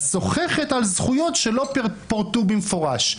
הסוככת על זכויות שלא פורטו במפורש".